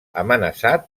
amenaçat